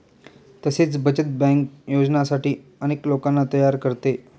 तसेच बचत बँक योजनांसाठी अनेक लोकांना तयार करते